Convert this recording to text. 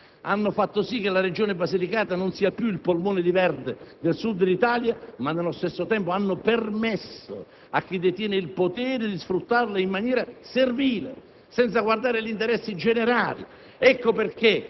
che, incidendo sul territorio dal punto di vista morfologico, hanno fatto sì che la Regione Basilicata non sia più il polmone verde del Sud d'Italia, ma nello stesso tempo ha permesso a chi detiene il potere di sfruttarla in maniera servile,